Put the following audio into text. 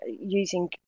Using